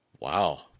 Wow